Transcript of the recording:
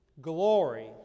glory